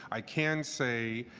i can say